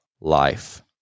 life